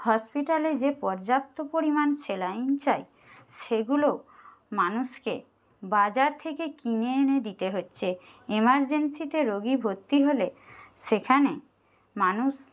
হসপিটালে যে পর্যাপ্ত পরিমাণ স্যালাইন চাই সেগুলোও মানুষকে বাজার থেকে কিনে এনে দিতে হচ্ছে এমারজেন্সিতে রোগী ভর্তি হলে সেখানে মানুষ